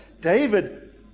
David